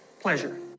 pleasure